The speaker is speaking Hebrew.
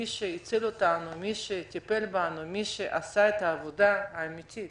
מי שהציל אותנו ומי שטיפל בנו ועשה את העבודה האמתית,